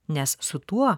nes su tuo